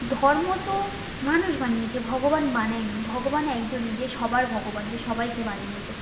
ধর্ম তো মানুষ বানিয়েছে ভগবান বানায়নি ভগবান একজনই যে সবার ভগবান যে সবাইকে বানিয়েছে